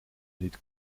niet